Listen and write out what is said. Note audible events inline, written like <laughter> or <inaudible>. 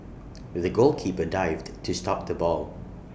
<noise> the goalkeeper dived to stop the ball